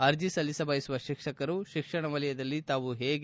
ಅರ್ಜಿ ಸಲ್ಲಿಸ ಬಯಸುವ ಶಿಕ್ಷಕರು ಶಿಕ್ಷಣ ವಲಯದಲ್ಲಿ ತಾವು ಹೇಗೆ